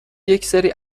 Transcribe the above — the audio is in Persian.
یکسری